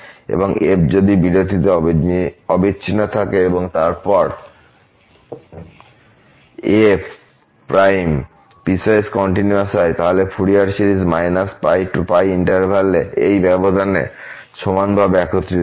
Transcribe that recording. এবং যদি f বিরতিতে অবিচ্ছিন্ন থাকে এবং তারপর f পিসওয়াইস কন্টিনিউয়াস হয় তাহলে ফুরিয়ার সিরিজ π π এই ব্যবধানে সমানভাবে একত্রিত হয়